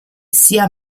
sia